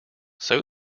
sow